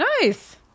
Nice